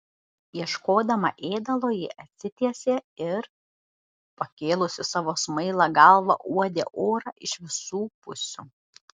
ieškodama ėdalo ji atsitiesė ir pakėlusi savo smailą galvą uodė orą iš visų pusių